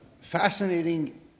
fascinating